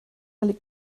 liegt